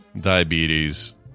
diabetes